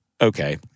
okay